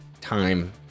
time